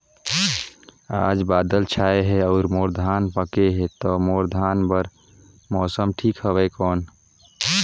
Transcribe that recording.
आज बादल छाय हे अउर मोर धान पके हे ता मोर धान बार मौसम ठीक हवय कौन?